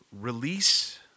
release